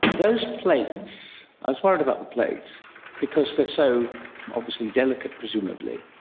those plates, i was worried about the plates because they're so obviously delicate, presumably.